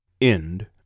End